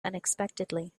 unexpectedly